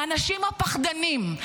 האנשים הפחדנים,